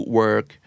work